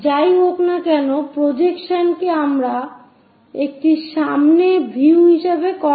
যাই হোক না কেন প্রজেকশন কে আমরা একটি সামনে ভিউ হিসাবে কল